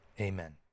Amen